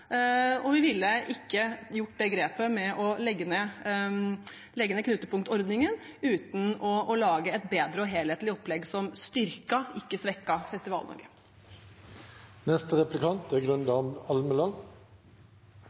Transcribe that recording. og vi ville ikke tatt det grepet å legge ned knutepunktordningen uten å lage et bedre og helhetlig opplegg som styrket og ikke